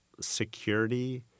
security